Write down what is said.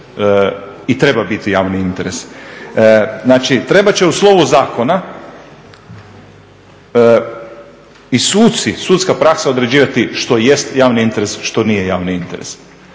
i treba biti javni interes. Znači trebat će u slovu zakona i suci, sudska praksa određivati što jest javni interes, što nije javni interes.